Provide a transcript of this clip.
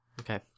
Okay